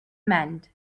mend